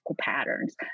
patterns